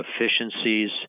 efficiencies